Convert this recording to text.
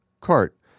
CART